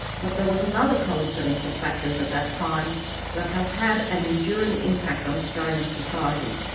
but there was another coincidence of factors at that time that have had an enduring impact on australian society,